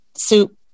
soup